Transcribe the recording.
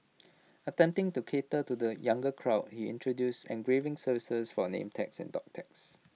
attempting to cater to the younger crowd he introduce engraving services for name tags and dog tags